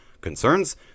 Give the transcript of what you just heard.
concerns